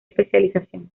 especialización